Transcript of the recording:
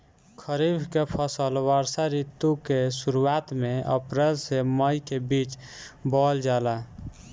खरीफ के फसल वर्षा ऋतु के शुरुआत में अप्रैल से मई के बीच बोअल जाला